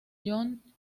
john